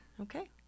Okay